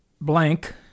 Blank